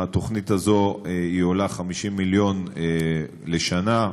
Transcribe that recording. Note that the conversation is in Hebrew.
התוכנית הזאת עולה 50 מיליון לשנה,